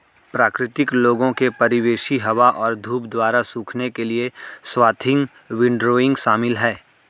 प्राकृतिक लोगों के परिवेशी हवा और धूप द्वारा सूखने के लिए स्वाथिंग विंडरोइंग शामिल है